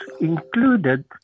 included